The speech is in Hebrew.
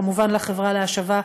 כמובן לחברה להשבה,